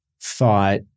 thought